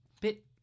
bit